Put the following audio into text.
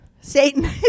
Satan